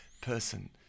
person